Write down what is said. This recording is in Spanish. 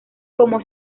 como